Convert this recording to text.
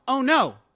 oh, no.